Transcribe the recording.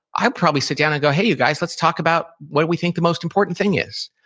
i'd probably sit down and go, hey you guys, let's talk about what we think the most important thing is.